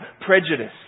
prejudice